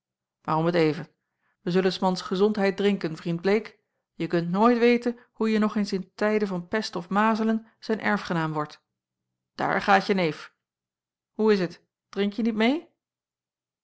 om t even wij zullen s mans gezondheid drinken vriend bleek je kunt nooit weten hoe je nog eens in tijden van pest of mazelen zijn erfgenaam wordt daar gaat je neef hoe is het drinkje niet meê